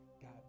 God